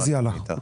אז יאללה.